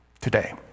today